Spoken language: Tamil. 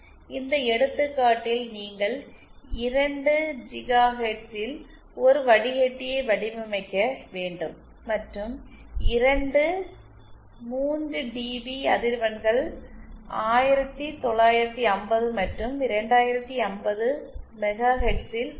இந்த எடுத்துக்காட்டில் நீங்கள் 2 GHz இல் ஒரு வடிகட்டியை வடிவமைக்க வேண்டும் மற்றும் இரண்டு 3dB அதிர்வெண்கள் 1950 மற்றும் 2050 மெகாஹெர்ட்ஸில் உள்ளன